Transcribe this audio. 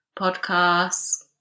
podcasts